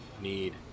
need